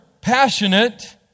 passionate